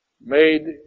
made